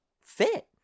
fit